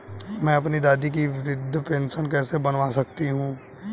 मैं अपनी दादी की वृद्ध पेंशन कैसे बनवा सकता हूँ?